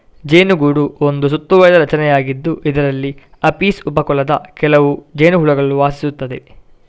ಜೇನುಗೂಡು ಒಂದು ಸುತ್ತುವರಿದ ರಚನೆಯಾಗಿದ್ದು, ಇದರಲ್ಲಿ ಅಪಿಸ್ ಉಪ ಕುಲದ ಕೆಲವು ಜೇನುಹುಳುಗಳು ವಾಸಿಸುತ್ತವೆ